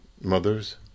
mothers